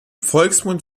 volksmund